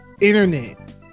internet